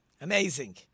Amazing